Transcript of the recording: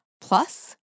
plus